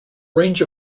range